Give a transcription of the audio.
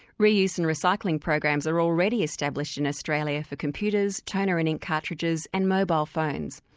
re-use and recycling programs are already established in australia for computers, toner and ink cartridges, and mobile phones.